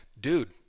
dude